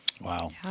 Wow